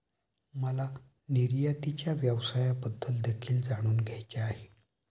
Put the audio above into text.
मला निर्यातीच्या व्यवसायाबद्दल देखील जाणून घ्यायचे आहे